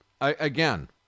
again